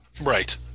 Right